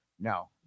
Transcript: no